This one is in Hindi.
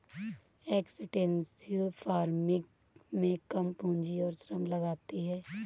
एक्सटेंसिव फार्मिंग में कम पूंजी और श्रम लगती है